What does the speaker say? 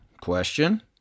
Question